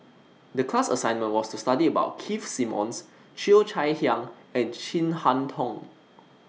The class assignment was to study about Keith Simmons Cheo Chai Hiang and Chin Harn Tong